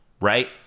right